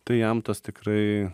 tai jam tas tikrai